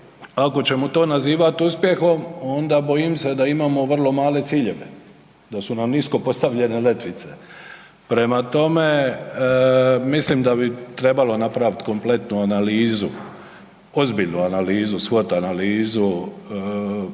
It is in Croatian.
ako ćemo to nazivat uspjeh onda bojim se da imamo vrlo male ciljeve, da su nam nisko postavljene letvice. Prema tome, mislim da bi trebalo napravit kompletnu analizu, ozbiljnu analizu, svot analizu,